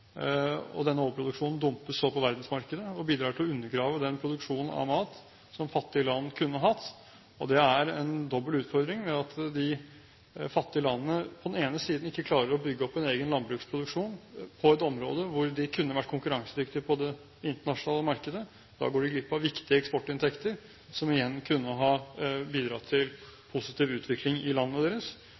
og den overproduksjonen dumpes så på verdensmarkedet og bidrar til å undergrave den produksjonen av mat som fattige land kunne hatt. Det er en dobbel utfordring ved at de fattige landene på den ene siden ikke klarer å bygge opp en egen landbruksproduksjon på et område hvor de kunne vært konkurransedyktige på det internasjonale markedet. Da går de glipp av viktige eksportinntekter, som igjen kunne ha bidratt til positiv utvikling i landene deres.